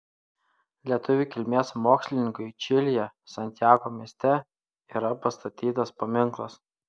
lietuvių kilmės mokslininkui čilėje santjago mieste yra pastatytas paminklas